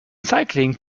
cycling